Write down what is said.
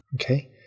Okay